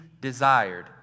desired